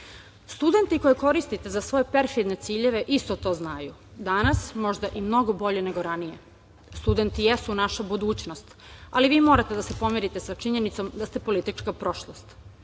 interesa. Studenti koje koristite za svoje perfidne ciljeve isto to znaju, danas možda i mnogo bolje nego ranije. Studenti jesu naša budućnost, ali vi morate da se pomirite sa činjenicom da ste politička prošlost.